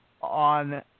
on